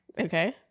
Okay